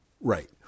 Right